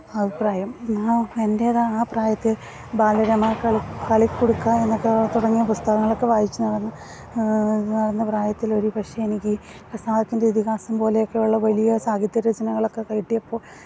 അഭിപ്രായം എന്നാൽ എന്റെ അത് ആ ആ പ്രായത്തില് ബാലരമ കളിക്കുടുക്ക എന്നൊക്കെ തുടങ്ങിയ പുസ്തകങ്ങളൊക്കെ വായിച്ചു നടന്നു നടന്ന പ്രായത്തില് ഒരുപക്ഷെ എനിക്ക് ഖസാക്കിന്റെ ഇതിഹാസം പോലെയൊക്കെ ഉള്ള വലിയ സാഹിത്യരചനകളൊക്കെ കിട്ടിയപ്പോൾ